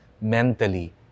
mentally